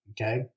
okay